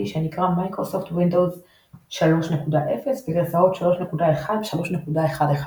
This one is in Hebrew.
שנקרא Microsoft Windows 3.0 וגרסאות 3.1 ו־3.11 שלו.